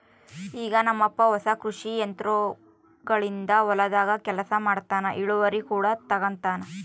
ಈಗ ನಮ್ಮಪ್ಪ ಹೊಸ ಕೃಷಿ ಯಂತ್ರೋಗಳಿಂದ ಹೊಲದಾಗ ಕೆಲಸ ಮಾಡ್ತನಾ, ಇಳಿವರಿ ಕೂಡ ತಂಗತಾನ